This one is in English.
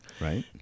right